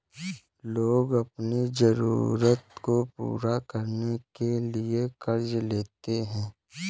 लोग अपनी ज़रूरतों को पूरा करने के लिए क़र्ज़ लेते है